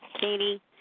Katie